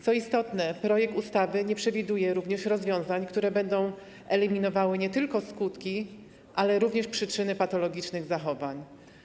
Co istotne, projekt ustawy nie przewiduje również rozwiązań, które będą eliminowały nie tylko skutki, ale również przyczyny patologicznych zachowań.